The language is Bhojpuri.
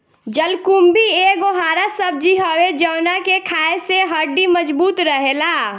जलकुम्भी एगो हरा सब्जी हवे जवना के खाए से हड्डी मबजूत रहेला